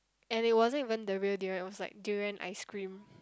and it wasn't even the real durian it was like durian ice cream